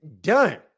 done